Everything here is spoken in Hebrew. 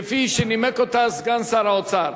כפי שנימק אותה סגן שר האוצר.